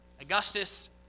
Augustus